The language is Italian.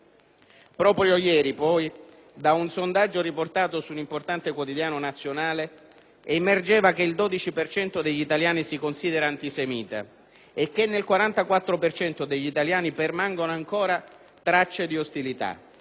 Proprio ieri, poi, da un sondaggio riportato su un importante quotidiano nazionale, emergeva che il 12 per cento degli italiani si considera antisemita e che nel 44 per cento degli italiani permangono ancora tracce di ostilità.